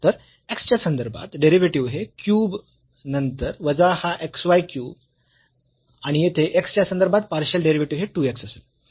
तर x च्या संदर्भात डेरिव्हेटिव्ह हे y क्यूब नंतर वजा हा x y क्यूब आणि येथे x च्या संदर्भात पार्शियल डेरिव्हेटिव्ह हे 2 x असेल